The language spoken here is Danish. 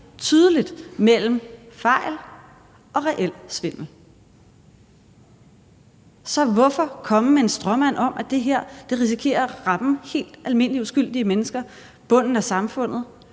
tydeligt mellem fejl og reel svindel. Så hvorfor komme med en stråmand om, at det her risikerer at ramme helt almindelige, uskyldige mennesker på bunden af samfundet,